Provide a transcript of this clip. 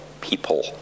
people